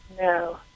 No